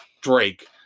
Drake